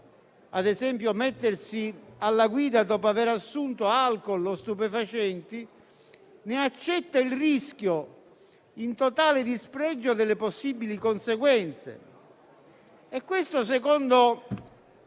ad esempio il mettersi alla guida dopo aver assunto alcol o stupefacenti, ne accetta il rischio in totale dispregio delle possibili conseguenze. Questo secondo